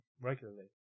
regularly